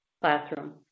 classroom